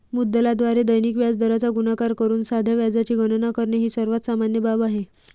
मुद्दलाद्वारे दैनिक व्याजदराचा गुणाकार करून साध्या व्याजाची गणना करणे ही सर्वात सामान्य बाब आहे